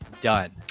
done